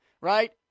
right